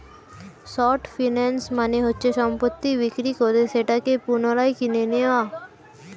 short finance মানে হচ্ছে সম্পত্তি বিক্রি করে সেটাকে পুনরায় কিনে নেয়া